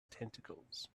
tentacles